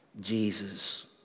Jesus